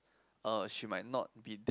uh she might not be that